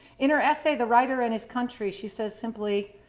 in her essay, the writer and his country, she says simply,